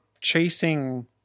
chasing